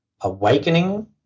Awakening